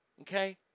okay